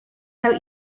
out